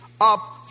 up